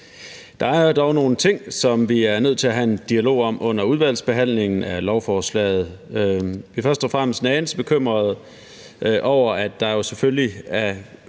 Der er dog nogle ting, som vi er nødt til at have en dialog om under udvalgsbehandlingen af lovforslaget. Vi er først og fremmest en anelse bekymrede over, at der jo selvfølgelig